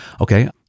okay